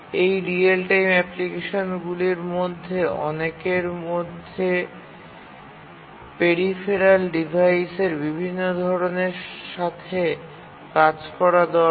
এই real time অ্যাপ্লিকেশনগুলির মধ্যে অনেকের মধ্যে পেরিফেরাল ডিভাইসের বিভিন্ন ধরণের সাথে কাজ করা দরকার